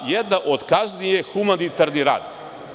Jedna od kazni je humanitarni rad.